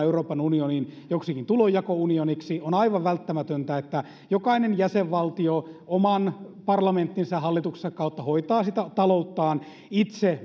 euroopan unionin joksikin tulonjakounioniksi on aivan välttämätöntä että jokainen jäsenvaltio oman parlamenttinsa ja hallituksensa kautta hoitaa talouttaan itse